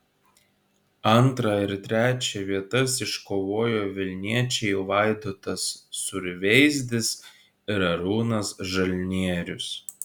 antrą ir trečią vietas iškovojo vilniečiai vaidotas suveizdis ir arūnas žalnierius